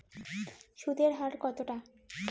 সুদের হার কতটা?